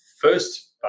first